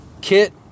Kit